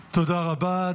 תודה רבה.